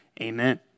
amen